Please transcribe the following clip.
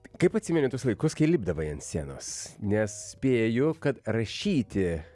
kaip atsimeni tuos laikus kai lipdavai ant sienos nes spėju kad rašyti